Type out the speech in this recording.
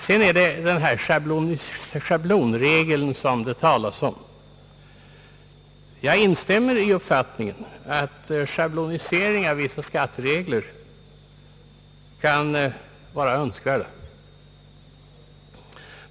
Beträffande den schablonregel som det talas om här, så instämmer jag i uppfattningen att schablonisering av skatteregler kan vara önskvärd.